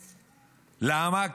למה?